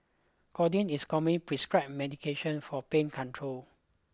codeine is a commonly prescribed medication for pain control